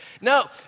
No